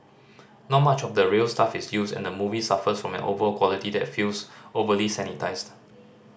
not much of the real stuff is used and the movie suffers from an overall quality that feels overly sanitised